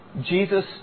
Jesus